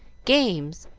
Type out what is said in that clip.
games,